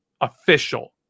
official